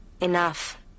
Enough